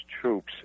troops